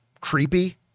creepy